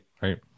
right